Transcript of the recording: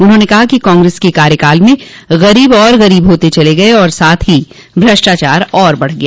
उन्होंने कहा कि काग्रेस के कार्यकाल में गरीब और गरीब होते चले गये साथ ही भ्रष्टाचार और बढ़ गया